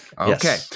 okay